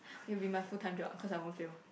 it'll be my full time job because I won't fail